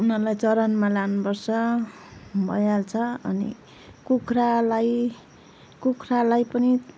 उनीहरूलाई चरनमा लानुपर्छ भइहाल्छ अनि कुखुरालाई कुखुरालाई पनि